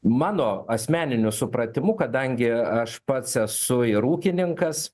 mano asmeniniu supratimu kadangi aš pats esu ir ūkininkas